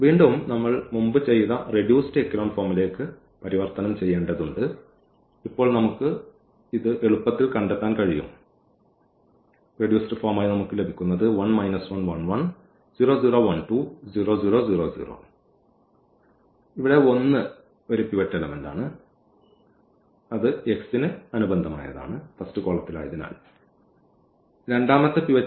വീണ്ടും നമ്മൾ മുമ്പ് ചെയ്ത റെഡ്യൂസ്ഡ് എക്കെലോൺ ഫോമിലേക്ക് പരിവർത്തനം ചെയ്യേണ്ടതുണ്ട് ഇപ്പോൾ നമുക്ക് ഇത് എളുപ്പത്തിൽ കണ്ടെത്താൻ കഴിയും 1 ഇതാണ് ഇവിടെ പിവറ്റ് അതിനാൽ ഈ x യ്ക്ക് അനുബന്ധമാണ് ഇതാണ് രണ്ടാമത്തെ പിവറ്റ്